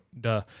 duh